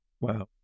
Wow